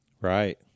Right